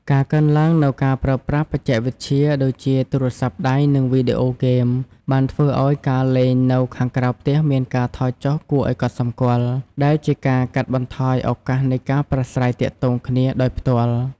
ការកើនឡើងនូវការប្រើប្រាស់បច្ចេកវិទ្យាដូចជាទូរស័ព្ទដៃនិងវីដេអូហ្គេមបានធ្វើឲ្យការលេងនៅខាងក្រៅផ្ទះមានការថយចុះគួរឱ្យកត់សម្គាល់ ដែលជាការកាត់បន្ថយឱកាសនៃការប្រាស្រ័យទាក់ទងគ្នាដោយផ្ទាល់។